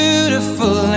Beautiful